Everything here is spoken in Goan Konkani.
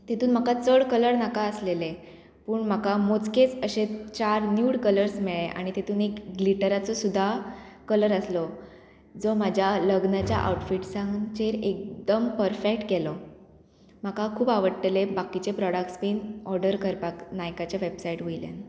तितून म्हाका चड कलर नाका आसलेले पूण म्हाका मोजकेंच अशे चार न्यूड कलर्स मेळ्ळे आनी तितून एक ग्लिटराचो सुद्दां कलर आसलो जो म्हाज्या लग्नाच्या आउटफिट्सांचेर एकदम परफेक्ट गेलो म्हाका खूब आवडटलें बाकीचे प्रोडक्ट्स बीन ऑर्डर करपाक नायकाच्या वॅबसायट वयल्यान